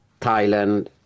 Thailand